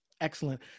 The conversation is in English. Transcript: Excellent